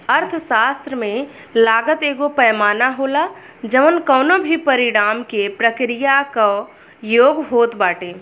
अर्थशास्त्र में लागत एगो पैमाना होला जवन कवनो भी परिणाम के प्रक्रिया कअ योग होत बाटे